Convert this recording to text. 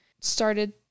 started